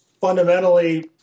fundamentally